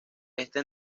esta